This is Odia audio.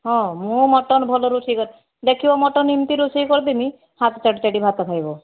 ହଁ ମୁଁ ମଟନ୍ ଭଲ ରୋଷେଇକରେ ଦେଖିବ ମଟନ୍ ଏମିତି ରୋଷେଇ କରିଦେମି ହାତ ଚାଟିଚାଟି ଭାତ ଖାଇବ